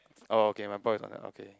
oh okay my ball is on that okay